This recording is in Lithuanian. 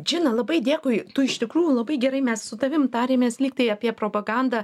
džina labai dėkui tu iš tikrųjų labai gerai mes su tavim tarėmės lyg tai apie propagandą